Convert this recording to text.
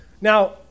Now